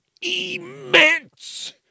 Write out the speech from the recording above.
immense